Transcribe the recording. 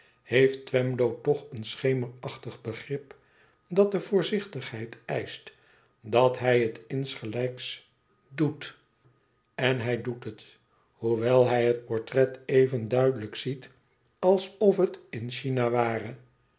heeft twemlow toch een schemerachtig begrip dat de voorzichtigheid eischt dat hij het insgelijks doe en hij doet het hoewel hij het portret even duidelijk ziet alsof het in china ware